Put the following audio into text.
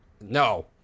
No